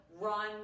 run